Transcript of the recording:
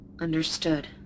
Understood